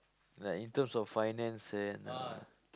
like in terms of finance and